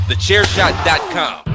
TheChairShot.com